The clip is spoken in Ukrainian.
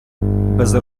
без